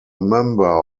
member